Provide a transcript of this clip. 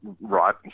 right